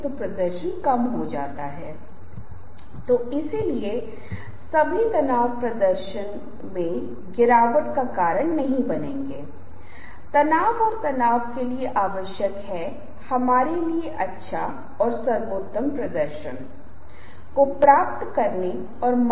अब आप देखते हैं कि ये सभी निर्णय ये सभी आकलन ये सभी अवगुण आप आम तौर पर 5 सेकंड से 10 सेकंड की अवधि के भीतर बनाते हैं और आप एक निष्कर्ष पर आते हैं आप लोगों के बारे में एक आकलन करते हैं